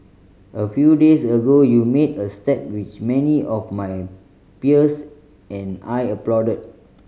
a few days ago you made a step which many of my peers and I applauded